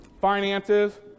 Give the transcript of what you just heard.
finances